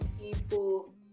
people